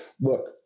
look